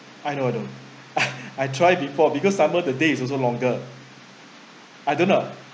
I know I know I try before because summer the day is also longer I don't know